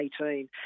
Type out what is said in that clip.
2018